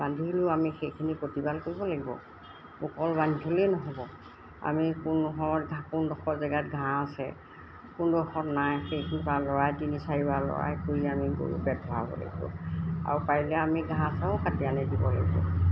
বান্ধিলেও আমি সেইখিনি প্ৰতিপাল কৰিব লাগিব অকল বান্ধি থ'লেই নহ'ব আমি কোনোডোখৰত কোনডোখৰ জেগাত ঘাঁহ আছে কোনডোখৰ নাই সেইখিনিৰপৰা লৰাই তিনি চাৰিবাৰ লৰাই কৰি আমি গৰু পেট ভৰাব লাগিব আৰু পাৰিলে আমি ঘাঁহ চাও কাটি আনি দিব লাগিব